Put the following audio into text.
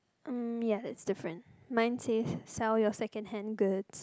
mm yes is different mine said sell your second hand goods